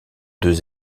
deux